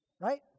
Right